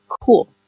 cool